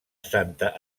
santa